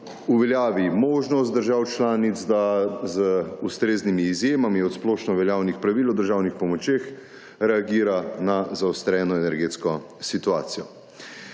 uveljavi možnost držav članic, da z ustreznimi izjemami od splošno veljavnih pravil o državnih pomočeh reagira na zaostreno energetsko situacijo.